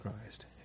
Christ